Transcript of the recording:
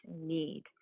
need